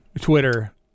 Twitter